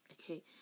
Okay